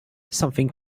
something